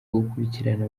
gukurikirana